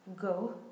Go